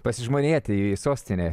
pasižmonėti į sostinę